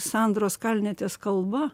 sandros kalnetės kalba